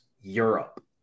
Europe